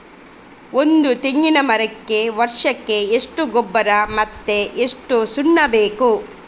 ಒಂದು ತೆಂಗಿನ ಮರಕ್ಕೆ ವರ್ಷಕ್ಕೆ ಎಷ್ಟು ಗೊಬ್ಬರ ಮತ್ತೆ ಎಷ್ಟು ಸುಣ್ಣ ಬೇಕು?